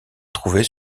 trouvait